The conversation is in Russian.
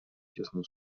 тесном